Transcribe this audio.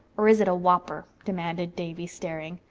or is it a whopper? demanded davy staring.